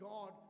God